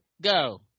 go